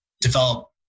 develop